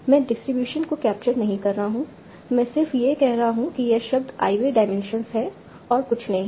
मैं डिस्ट्रीब्यूशन को कैप्चर नहीं कर रहा हूं मैं सिर्फ यह कह रहा हूं कि यह शब्द i वें डायमेंशन है और कुछ नहीं है